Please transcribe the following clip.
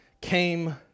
came